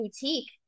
boutique